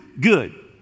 good